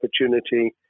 opportunity